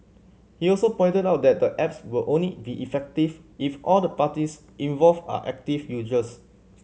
he also pointed out that the apps will only be effective if all the parties involved are active users